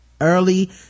early